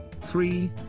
Three